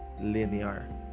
linear